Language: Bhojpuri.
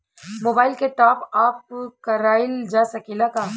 मोबाइल के टाप आप कराइल जा सकेला का?